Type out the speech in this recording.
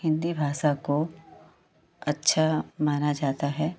हिन्दी भासा को अच्छा माना जाता है